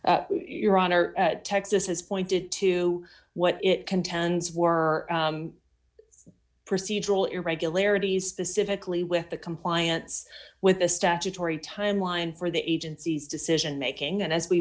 concerns your honor at texas has pointed to what it contends were procedural irregularities specifically with the compliance with a statutory timeline for the agency's decision making and as we